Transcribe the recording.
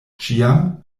ĉiam